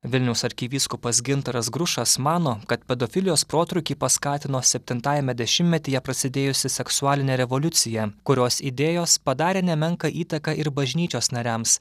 vilniaus arkivyskupas gintaras grušas mano kad pedofilijos protrūkį paskatino septintajame dešimtmetyje prasidėjusi seksualinė revoliucija kurios idėjos padarė nemenką įtaką ir bažnyčios nariams